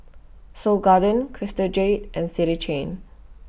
Seoul Garden Crystal Jade and City Chain